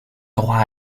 droit